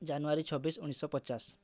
ଜାନୁୟାରୀ ଛବିଶ ଉଣେଇଶହ ପଚାଶ